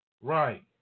Right